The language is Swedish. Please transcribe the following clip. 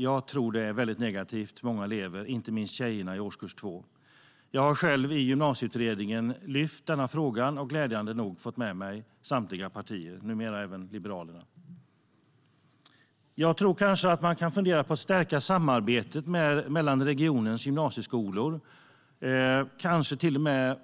Jag tror att det är mycket negativt för många elever, inte minst tjejerna i årskurs 2. Jag har själv i Gymnasieutredningen lyft denna fråga och glädjande nog fått med mig samtliga partier, numera även Liberalerna. Man kan fundera på att stärka samarbetet mellan regionens gymnasieskolor, i en framtid kanske till och med